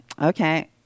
Okay